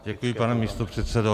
Děkuji, pane místopředsedo.